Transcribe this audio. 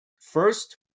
first